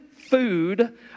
food